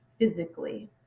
physically